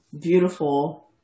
beautiful